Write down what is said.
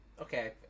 Okay